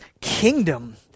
kingdom